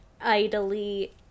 idly